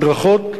הדרכות,